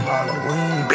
Halloween